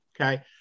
Okay